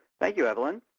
thank you, evelyn.